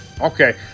Okay